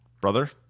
brother